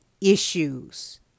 issues